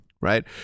right